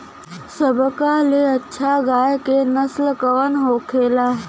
सबका ले अच्छा गाय के नस्ल कवन होखेला?